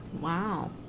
wow